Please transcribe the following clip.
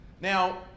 Now